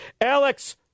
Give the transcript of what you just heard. Alex